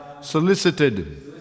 solicited